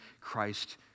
Christ